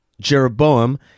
Jeroboam